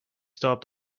stop